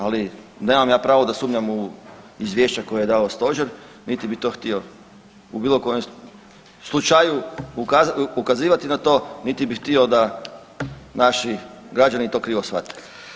Ali, nemam ja pravo da sumnjam u izvješća koja je dao Stožer niti bi to htio u bilo kojem slučaju ukazivati na to niti bi htio da naši građani to krivo shvate.